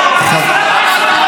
הכנסת.